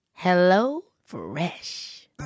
HelloFresh